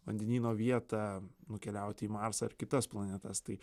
vandenyno vietą nukeliauti į marsą ar kitas planetas tai